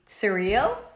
surreal